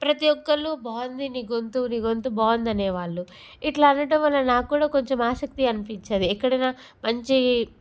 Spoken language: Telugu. ప్రతీ ఒక్కళ్ళు బాగుంది నీ గొంతు నీ గొంతు బాగుందనే వాళ్ళు ఇలా అనటం వలన నాక్కూడా కొంచెం ఆసక్తి అనిపించేది ఎక్కడైనా మంచి